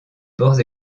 bords